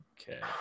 okay